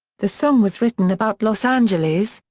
the song was written about los angeles,